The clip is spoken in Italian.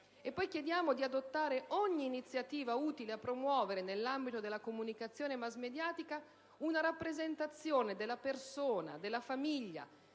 inoltre, di adottare ogni iniziativa utile a promuovere, nell'ambito della comunicazione massmediatica, una rappresentazione della persona, della famiglia,